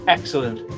Excellent